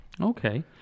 Okay